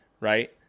right